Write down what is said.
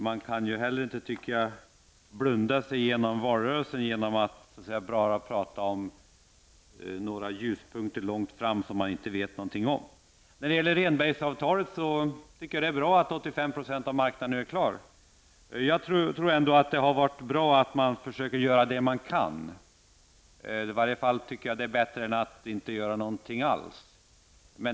Man kan inte blunda sig igenom valrörelsen genom att bara tala om några ljuspunkter långt fram som man inte vet något om. När det gäller Rehnbergavtalet tycker jag att det är bra att 85 % av marknaden är klar. Jag tror ändå att det har varit bra att man har försökt göra det man kan. Det är åtminstone bättre än att inte göra någonting alls.